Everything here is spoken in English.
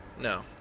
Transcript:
No